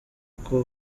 uko